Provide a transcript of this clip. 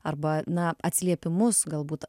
arba na atsiliepimus galbūt